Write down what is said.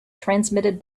transmitted